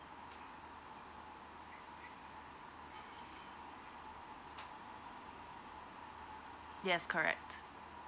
yes correct